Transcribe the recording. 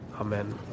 Amen